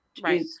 Right